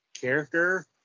character